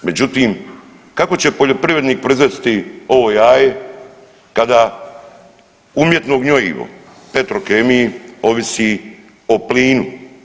Međutim, kako će poljoprivrednik proizvesti ovo jaje kada umjetno gnojivo Petrokemiji ovisi o plinu.